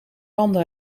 landde